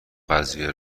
قضیه